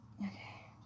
Okay